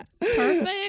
Perfect